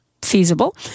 feasible